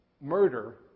Murder